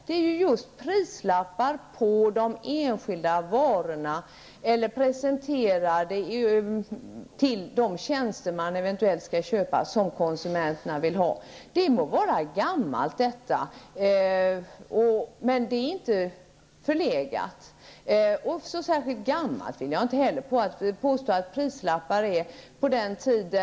Det är just prislappar på de enskilda varor eller de tjänster som man eventuellt vill köpa som konsumenten vill ha. Detta må vara gammalmodigt, men det är inte förlegat. Jag vill inte påstå att prislapparna är särskilt gamla.